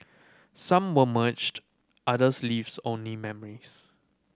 some were merged others leaves only memories